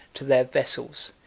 to their vessels,